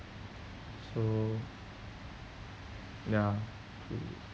so ya true